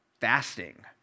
fasting